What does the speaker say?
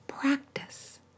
practice